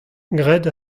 graet